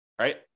right